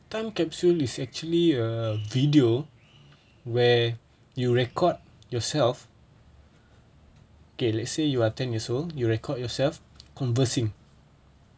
time capsule is actually a video where you record yourself okay let's say you are ten years old you record yourself conversing